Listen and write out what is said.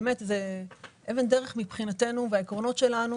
מבחינתנו זאת אבן דרך והעקרונות שלנו